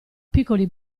piccoli